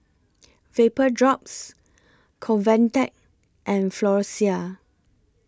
Vapodrops Convatec and Floxia